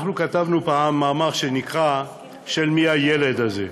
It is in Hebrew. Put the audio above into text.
אנחנו כתבנו פעם מאמר שנקרא "של מי הילד הזה".